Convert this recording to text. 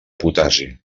potassi